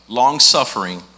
long-suffering